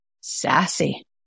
sassy